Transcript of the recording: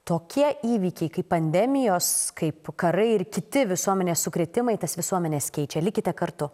tokie įvykiai kaip pandemijos kaip karai ir kiti visuomenės sukrėtimai tas visuomenes keičia likite kartu